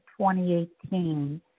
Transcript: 2018